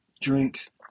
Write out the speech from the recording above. drinks